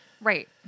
Right